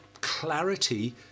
clarity